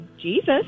Jesus